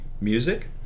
music